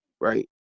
right